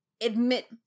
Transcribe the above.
admit